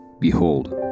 Behold